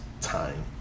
time